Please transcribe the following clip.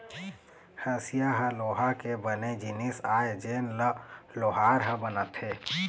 हँसिया ह लोहा के बने जिनिस आय जेन ल लोहार ह बनाथे